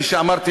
כפי שאמרתי,